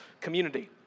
community